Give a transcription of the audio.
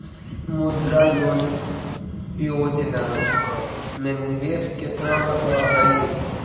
मुद्रा लोन योजना में निवेश केतना लग हइ?